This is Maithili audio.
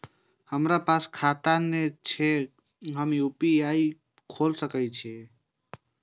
हमरा पास खाता ने छे ते हम यू.पी.आई खोल सके छिए?